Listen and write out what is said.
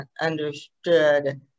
understood